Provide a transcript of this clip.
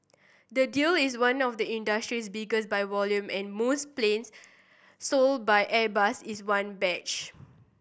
the deal is one of the industry's biggest by volume and most planes sold by Airbus is one batch